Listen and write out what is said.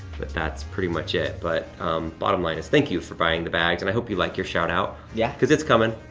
but that's pretty much it. but bottom line is, thank you for buying the bags, and i hope you like your shout-out. yeah. cause it's comin.